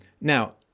now